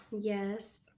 Yes